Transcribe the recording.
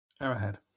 Arrowhead